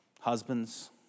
Husbands